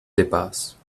dépasse